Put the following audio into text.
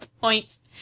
points